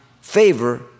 favor